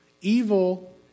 Evil